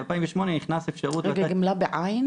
ב-2008 נכנס אפשרות --- גמלה ב-"ע"?